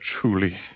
truly